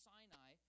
Sinai